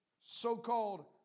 so-called